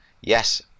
yes